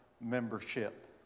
membership